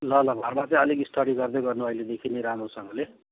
ल ल घरमा चाहिँ अलिक स्टडी गर्दै गर्नु अहिलेदेखि नै राम्रोसँगले